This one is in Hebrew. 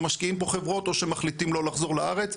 משקיעים פה חברות או שמחליטים לא לחזור לארץ,